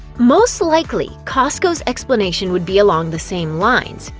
most likely, costco's explanation would be along the same lines,